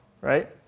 right